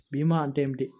భీమా అంటే ఏమిటి?